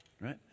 Right